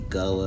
go